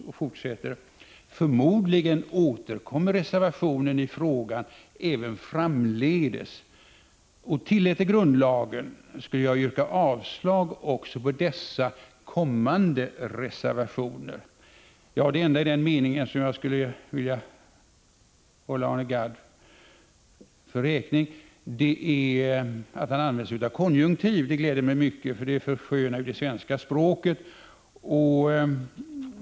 ”Så fortsätter han: ”Förmodligen återkommer reservationen i frågan även framledes och tilläte grundlagen skulle jag yrka avslag också på dessa kommande reservationer.” / Ja, det enda i den meningen som jag skulle vilja hålla Arne Gadd för räkning är att han använder sig av konjunktiv. Det gläder mig mycket, för det förskönar det svenska språket.